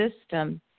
system